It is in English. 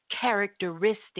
characteristic